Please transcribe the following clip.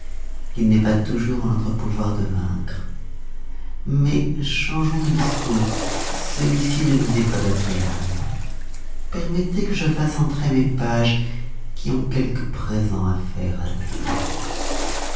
qu'il n'est pas toujours en notre pouvoir de vaincre mais changeons de discours celui-ci ne vous est pas agréable permettez que je fasse entrer mes pages qui ont quelques présents à faire à la compagnie